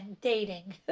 dating